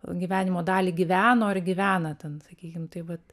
gyvenimo dalį gyveno ir gyvena ten sakykim tai vat